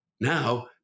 Now